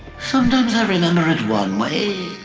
sometimes i remember it one way,